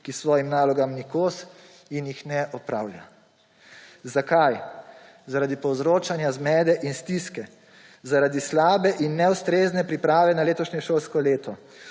ki svojim nalogam ni kos in jih ne opravlja. Zakaj? Zaradi povzročanja zmede in stiske. Zaradi slabe in neustrezne priprave na letošnje šolsko leto.